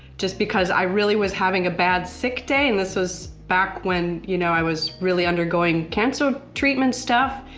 just because i really was having a bad sick day and this was back when, you know, i was really undergoing cancer treatment stuff.